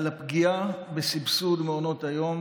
על הפגיעה בסבסוד מעונות היום